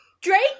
Drake